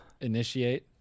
initiate